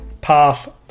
pass